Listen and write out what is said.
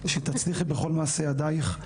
שתצליחי בכל מעשה ידייך,